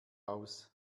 aus